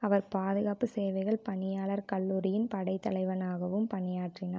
அவர் பாதுகாப்பு சேவைகள் பணியாளர் கல்லூரியின் படைத்தலைவனாகவும் பணியாற்றினார்